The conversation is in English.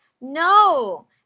no